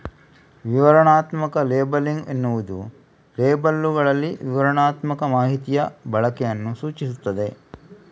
ವಿವರಣಾತ್ಮಕ ಲೇಬಲಿಂಗ್ ಎನ್ನುವುದು ಲೇಬಲ್ಲುಗಳಲ್ಲಿ ವಿವರಣಾತ್ಮಕ ಮಾಹಿತಿಯ ಬಳಕೆಯನ್ನ ಸೂಚಿಸ್ತದೆ